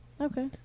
Okay